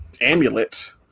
amulet